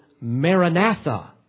Maranatha